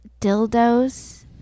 dildos